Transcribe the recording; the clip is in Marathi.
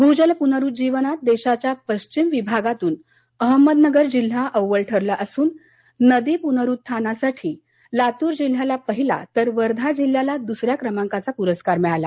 भूजल पुनरुज्जीवनात देशाच्या पश्चिम विभागातून अहमदनगर जिल्हा अव्वल ठरला असून नदी पुनरुत्थानासाठी लातूर जिल्ह्याला पहिला तर वर्धा जिल्ह्याला दुसऱ्या क्रमांकाचा पुरस्कार मिळाला